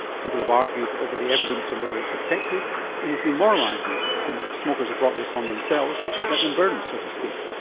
people have argued over the evidence on whether it's effective and there's been moralising since smokers have brought this on themselves we should let them burn, so to speak.